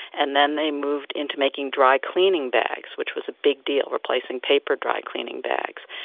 and then they moved into making dry-cleaning bags which was a big deal, replacing paper dry-cleaning bags.